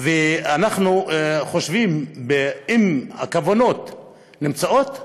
ואנחנו חושבים שאם הכוונות נמצאות,